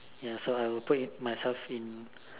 ya so I'll put in myself in